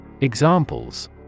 Examples